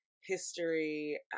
history